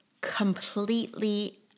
completely